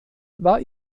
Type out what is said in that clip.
war